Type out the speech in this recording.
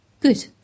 Good